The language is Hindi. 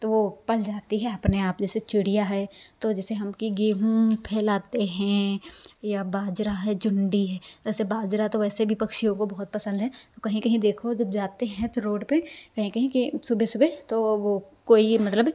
तो वो पल जाती है अपने आप जैसे चिड़िया है तो जैसे हम कि गेहूँ फैलाते हैं या बाजरा है जुन्डी है ऐसे बाजरा तो वैसे भी पक्षियों को बहुत पसंद हैं तो कहीं कहीं देखो जब जाते हैं तो रोड पे कहीं कहीं के सुबह सुबह तो वो कोई मतलब